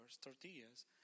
tortillas